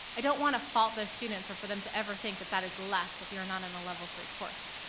i don't wanna fault the students, or for them to ever think that that is less if you're not in a level three course.